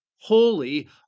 holy